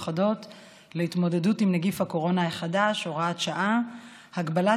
מיוחדות להתמודדות עם נגיף הקורונה החדש (הוראת שעה) (הגבלת